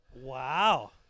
Wow